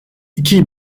iki